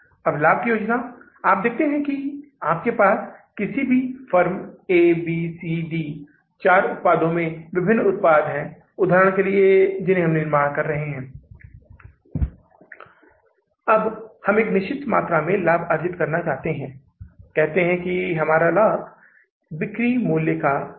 तो हम इसका मतलब यह है कि यह विशेष बजट नकदी बजट दो पन्नों में जारी रख रहे हैं इसलिए मैं अगले पन्ने पर जा रहा हूं लेकिन हम जून के महीने के साथ जारी रख रहे हैं हम अभी जुलाई के महीने में नहीं गए हैं